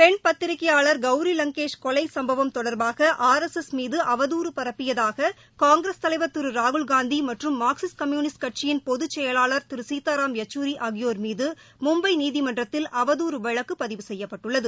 பெண் பத்திரிகையாளர் கௌரி வங்கேஷ் கொலைசம்பவம் தொடர்பாகஆர் எஸ் எஸ் மீதுஅவதூறு பரப்பியதாககாங்கிரஸ் தலைவர் திருராகுல்காந்திமற்றும் மார்க்சிஸ்ட் கம்யுனிஸ்ட் கட்சியின் பொதுச்செயலாளர் திருசீதாராம் யச்சூரிஆகியோர் மீதமும்பநீதிமன்றத்தில் அவதூறு வழக்குபதிவு செய்யப்பட்டுள்ளது